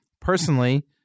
Personally